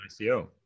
ico